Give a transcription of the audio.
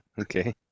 Okay